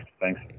thanks